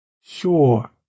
sure